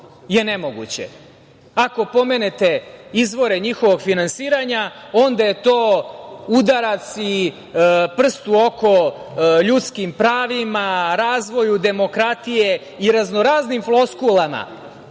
Ako pomenete izvore njihovog finansiranja onda je to udarac i prst u oko, ljudskim pravima, razvoju demokratije i raznoraznim floskulama